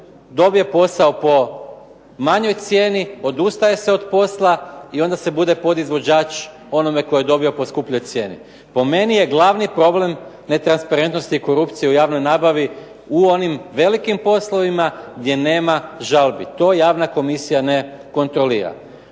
dobije posao po manjoj cijeni odustaje se od posla i onda se bude podizvođač onome tko je dobio po skupljoj cijeni. Po meni je glavni problem netransparentnost i korupcija u javnoj nabavi u onim velikim poslovima gdje nema žalbi. To javna komisija ne kontrolira.